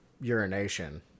urination